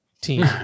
team